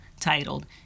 titled